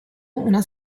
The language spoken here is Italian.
una